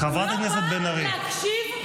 תודה, תודה.